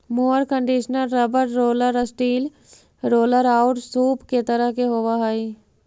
mower conditioner rubber roller, steel roller औउर सूप के तरह के होवऽ हई